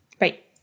Right